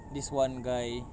this one guy